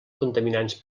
contaminants